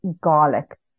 garlic